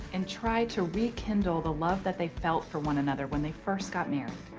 and try to rekindle the love that they felt for one another when they first got married.